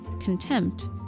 contempt